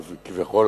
כביכול,